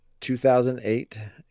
2008